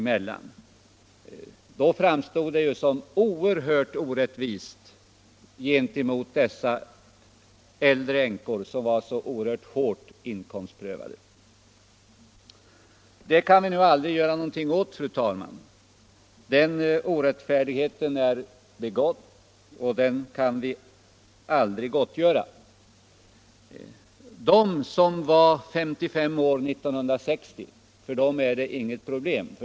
Detta framstod som oerhört orättvist gentemot de äldre änkorna som var så hårt inkomstprövade. Det kan vi aldrig göra någonting åt, fru talman. Den orättfärdigheten har begåtts, och den kan vi aldrig gottgöra. För dem som 1960 var 55 år är det inget problem.